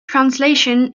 translation